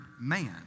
man